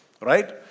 right